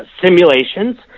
simulations